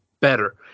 better